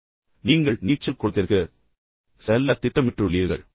எனவே நீங்கள் நீச்சல் குளத்திற்கு செல்ல திட்டமிட்டுள்ளீர்கள்